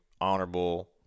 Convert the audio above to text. Honorable